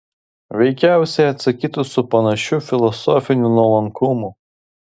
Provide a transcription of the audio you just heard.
veikiausiai atsakytų su panašiu filosofiniu nuolankumu